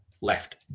left